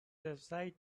website